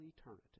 eternity